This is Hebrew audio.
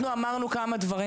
אנחנו אמרנו פה כמה דברים,